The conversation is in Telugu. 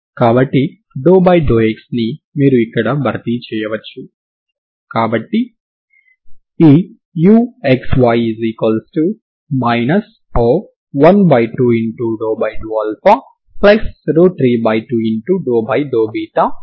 కాబట్టి దాని నుండి వాస్తవ రేఖ మొత్తం మీద తరంగ సమీకరణం యొక్క ప్రారంభ విలువ కలిగిన సమస్య యొక్క పరిష్కారం డి' ఆలెంబెర్ట్ పరిష్కారం అని సూచిస్తుంది